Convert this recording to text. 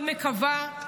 אני מאוד מאוד מקווה,